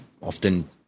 often